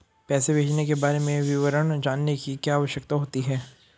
पैसे भेजने के बारे में विवरण जानने की क्या आवश्यकता होती है?